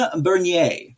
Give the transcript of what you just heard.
Bernier